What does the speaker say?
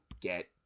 Get